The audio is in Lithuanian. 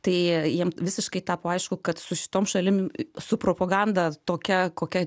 tai jiem visiškai tapo aišku kad su šitom šalim su propaganda tokia kokia